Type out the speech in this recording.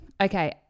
okay